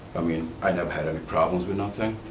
i mean i never had any problems with nothing.